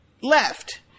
left